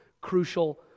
crucial